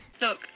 look